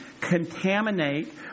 contaminate